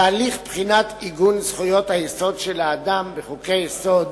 תהליך הבחינה של עיגון זכויות היסוד של האדם בחוקי-יסוד,